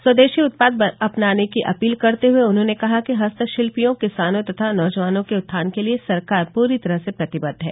स्वदेशी उत्पाद अपनाने की अपील करते हुये उन्होंने कहा कि हस्तशिल्पियों किसानों तथा नौजवानों के उत्थान के लिये सरकार पूरी तरह से प्रतिबद्द है